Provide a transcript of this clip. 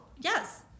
Yes